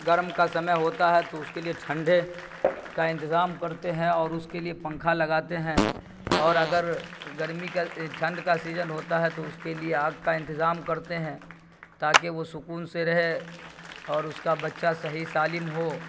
گرم کا سمے ہوتا ہے تو اس کے لیے ٹھنڈے کا انتظام کرتے ہیں اور اس کے لیے پنکھا لگاتے ہیں اور اگر گرمی کا ٹھنڈ کا سیزن ہوتا ہے تو اس کے لیے آگ کا انتظام کرتے ہیں تاکہ وہ سکون سے رہے اور اس کا بچہ صحیح سالم ہو